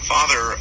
Father